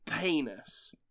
penis